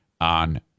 on